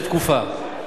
לאיזה תקופה.